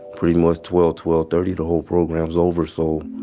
pretty much twelve, twelve thirty the whole program's over. so,